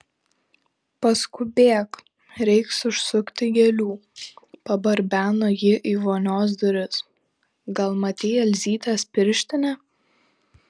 paskubėk reiks užsukti gėlių pabarbeno ji į vonios duris gal matei elzytės pirštinę